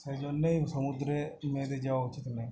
সেই জন্যেই সমুদ্রে মেয়েদের যাওয়া উচিত নয়